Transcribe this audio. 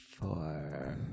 four